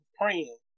praying